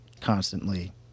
constantly